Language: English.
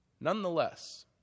Nonetheless